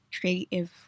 creative